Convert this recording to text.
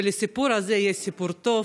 ולסיפור הזה יהיה סוף טוב,